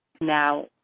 now